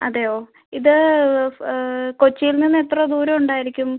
അതെയോ ഇത് കൊച്ചിയിൽ നിന്ന് എത്ര ദൂരം ഉണ്ടായിരിക്കും